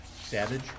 savage